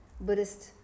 Buddhist